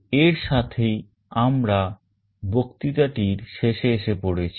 এর সাথেই আমরা বক্তৃতাটির শেষে এসে পড়েছি